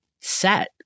set